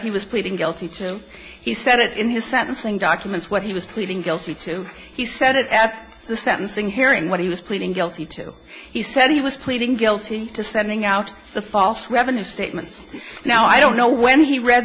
he was pleading guilty to he said it in his sentencing documents what he was pleading guilty to he said it at the sentencing hearing what he was pleading guilty to he said he was pleading guilty to sending out the false revenue statements now i don't know when he read